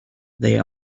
they